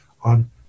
on